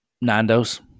Nando's